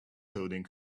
coding